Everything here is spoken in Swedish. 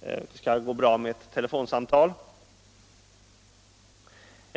Det skall gå bra med ett telefonsamtal.